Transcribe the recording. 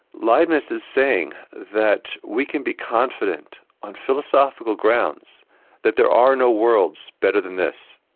leibniz is saying that we can be confident on philosophical grounds that there are no worlds better than this,